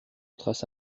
trace